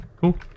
Cool